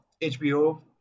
HBO